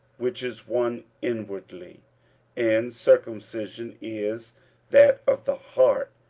which is one inwardly and circumcision is that of the heart,